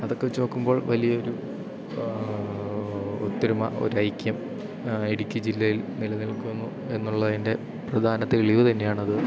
അതൊക്കെ വെച്ചു നോക്കുമ്പോൾ വലിയൊരു ഒത്തൊരുമ ഒരൈക്യം ഇടുക്കി ജില്ലയിൽ നിലനിൽക്കുന്നു എന്നുള്ളതിൻ്റെ പ്രധാന തെളിവ് തന്നെയാണത്